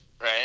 right